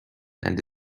and